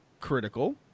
critical